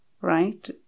Right